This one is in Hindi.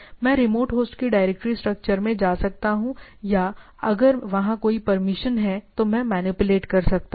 मैं रिमोट होस्ट की डायरेक्टरी स्ट्रक्चर में जा सकता हूं या अगर वहां कोई परमिशन है तो मैं मैनिपुलेट कर सकता हूं